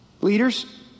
Leaders